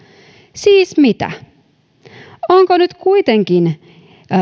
siis mitä onko nyt kuitenkin